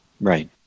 Right